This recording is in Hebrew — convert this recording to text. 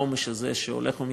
בחומש הזה שהולך ומסתיים,